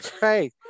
hey